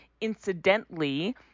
incidentally